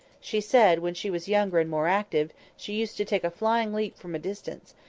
she said, when she was younger and more active, she used to take a flying leap from a distance,